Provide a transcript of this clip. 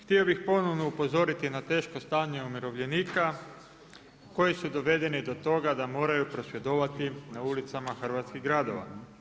Htio bih ponovno upozoriti na teško stanje umirovljenika koji su dovedeni do toga da moraju prosvjedovati na ulicama hrvatskih gradova.